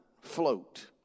float